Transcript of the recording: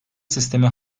sistemi